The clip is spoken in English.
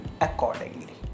accordingly